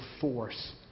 force